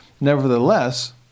Nevertheless